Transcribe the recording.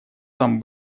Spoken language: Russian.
там